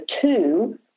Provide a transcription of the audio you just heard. two